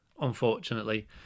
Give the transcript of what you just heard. unfortunately